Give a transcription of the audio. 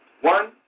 One